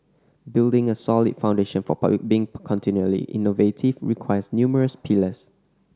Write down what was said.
building a solid foundation for being continually innovative requires numerous pillars